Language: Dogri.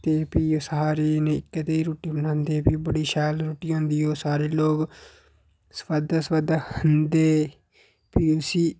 ते भी सारे जनें इक्कै नेही रुट्टी बनांदे ते बड़ी शैल रुट्टी होंदी ओह् लोक सोआदै सोआदै खंदे भी उसी